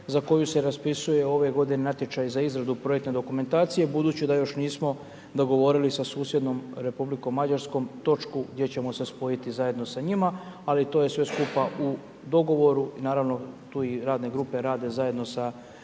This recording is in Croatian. za koju se raspisuje ove g. natječaj za izradu projektne dokumentacija, budući da još nismo dogovorili sa susjednom Republikom Mađarskom točku gdje ćemo se spojiti zajedno s njima, ali to je sve skupa u dogovoru, naravno, tu i radne grupe, rade zajedno sa